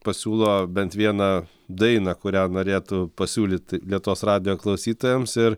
pasiūlo bent vieną dainą kurią norėtų pasiūlyt lietuvos radijo klausytojams ir